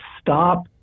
stop